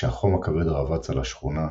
כשהחם הכבד רבץ על השכונה,